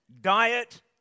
Diet